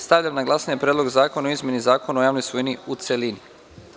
Stavljam na glasanje Predlog zakona o izmeni Zakona o javnoj svojini, u celini.